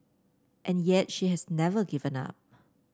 and yet she has never given up